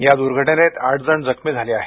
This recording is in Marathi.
या दुर्घटनेत आठ जण जखमी झाले आहेत